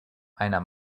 meiner